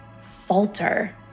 falter